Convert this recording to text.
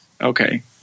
Okay